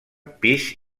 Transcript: pis